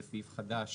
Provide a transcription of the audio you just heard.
זה סעיף חדש